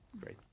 great